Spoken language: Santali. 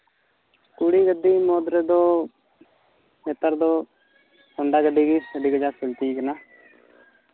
ᱠᱩᱲᱤ ᱜᱟᱹᱰᱤ ᱢᱩᱫᱽ ᱨᱮᱫᱚ ᱱᱮᱛᱟᱨ ᱫᱚ ᱦᱩᱱᱰᱟ ᱜᱟᱹᱰᱤ ᱜᱮ ᱟᱹᱰᱤ ᱠᱟᱡᱟᱠ ᱪᱚᱞᱛᱤ ᱠᱟᱱᱟ